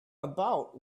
about